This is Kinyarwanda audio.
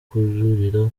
kujuririra